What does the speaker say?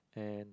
and